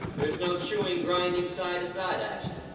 there's no chewing, grinding, side to side action.